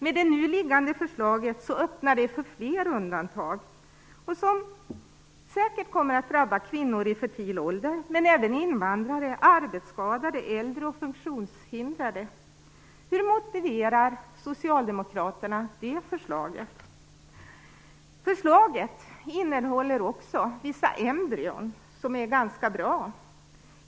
Med det nu liggande förslaget öppnas för fler undantag som säkert kommer att drabba kvinnor i fertil ålder, men även invandrare, arbetsskadade, äldre och funktionshindrade. Hur motiverar Socialdemokraterna det förslaget? Förslaget innehåller också vissa embryon som är ganska bra.